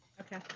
Okay